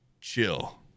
chill